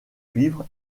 cuivre